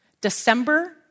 December